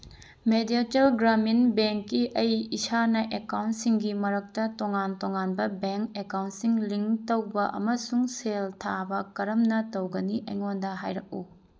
ꯃꯦꯗ꯭ꯌꯥꯆꯜ ꯒ꯭ꯔꯃꯤꯟ ꯕꯦꯡꯀꯤ ꯑꯩ ꯏꯁꯥꯅ ꯑꯦꯀꯥꯎꯟꯁꯤꯡꯒꯤ ꯃꯔꯛꯇ ꯇꯣꯉꯥꯟ ꯇꯣꯉꯥꯟꯕ ꯕꯦꯡ ꯑꯦꯀꯥꯎꯟꯁꯤꯡ ꯂꯤꯡ ꯇꯧꯕ ꯑꯃꯁꯨꯡ ꯁꯦꯜ ꯊꯥꯕ ꯀꯔꯝꯅ ꯇꯧꯒꯅꯤ ꯑꯩꯉꯣꯟꯗ ꯍꯥꯏꯔꯛꯎ